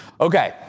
Okay